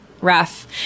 rough